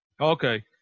Okay